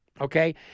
okay